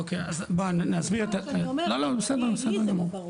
אוקי, בסדר, בסדר גמור.